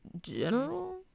general